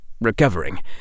recovering